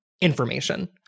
information